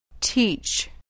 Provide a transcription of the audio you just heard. teach